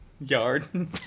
Yard